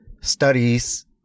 studies